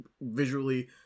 visually